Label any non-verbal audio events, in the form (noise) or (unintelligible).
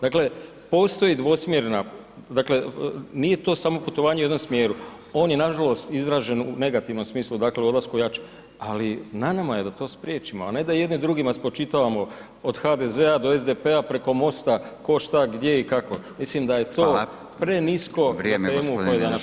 Dakle postoji dvosmjerna, dakle nije samo putovanje u jednom smjeru, on je nažalost izražen u negativnom smislu dakle ... (unintelligible) ali na nama je da to spriječimo da ne da jedni drugima spočitavamo od HDZ-a do SDP-a preko MOST-a tko, šta, gdje i kako, mislim da je to prenisko za temu o kojoj danas